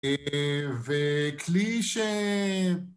אההה, וכלי ש...